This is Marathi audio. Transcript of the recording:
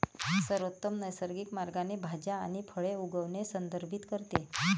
सर्वोत्तम नैसर्गिक मार्गाने भाज्या आणि फळे उगवणे संदर्भित करते